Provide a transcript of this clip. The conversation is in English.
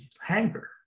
hangar